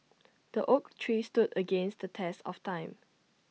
the oak tree stood against the test of time